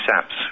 saps